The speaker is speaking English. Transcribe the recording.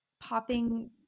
popping